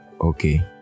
okay